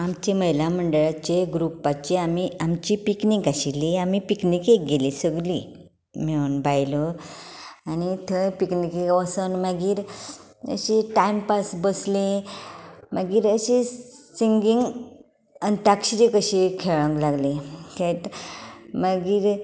आमची महिला मंडळाची ग्रुपाची आमी आमची पिकनीक आशिल्ली आमी पिकनिकेक गेलीं सगलीं मेळून बायलो आनी थंय पिकनिकेक वचून मागीर अशी टायम पास बसलीं मागीर अशीच सिंगींग अंताक्षरी कशी खेळूंक लागलीं खेळटा मागीर